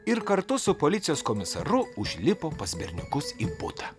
ir kartu su policijos komisaru užlipo pas berniukus į butą